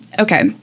Okay